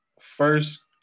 first